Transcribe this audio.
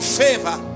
favor